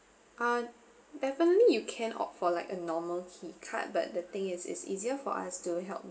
ah definitely you can opt for like a normal key card but the thing is it's easier for us to help